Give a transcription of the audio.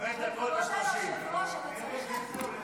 חמש דקות ו-30 שניות, נו.